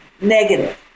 negative